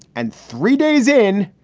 and three days in.